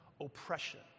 oppression